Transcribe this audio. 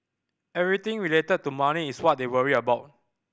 everything related to money is what they worry about